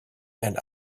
and